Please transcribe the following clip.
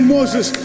Moses